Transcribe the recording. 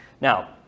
Now